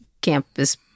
campus